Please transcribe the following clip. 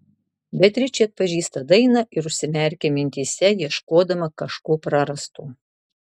beatričė atpažįsta dainą ir užsimerkia mintyse ieškodama kažko prarasto